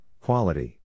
quality